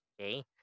okay